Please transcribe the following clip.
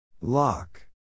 Lock